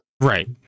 Right